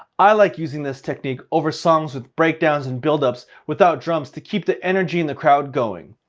i like using this technique over songs with breakdowns and buildups without drums to keep the energy in the crowd going.